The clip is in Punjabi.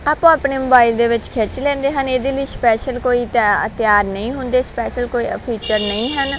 ਆਪੋ ਆਪਣੇ ਮੋਬਾਈਲ ਦੇ ਵਿੱਚ ਖਿੱਚ ਲੈਂਦੇ ਹਨ ਇਹਦੇ ਲਈ ਸਪੈਸ਼ਲ ਕੋਈ ਤਿਆ ਤਿਆਰ ਨਹੀਂ ਹੁੰਦੇ ਸਪੈਸ਼ਲ ਕੋਈ ਫੀਚਰ ਨਹੀਂ ਹਨ